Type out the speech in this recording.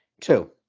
Two